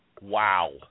Wow